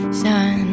sun